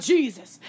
Jesus